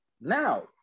now